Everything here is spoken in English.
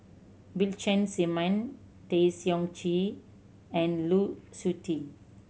Bill Chen Simon Tay Seong Chee and Lu Suitin